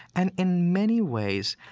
and in many ways,